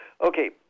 Okay